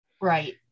Right